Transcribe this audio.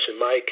Mike